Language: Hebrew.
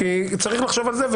צריך לחשוב על זה.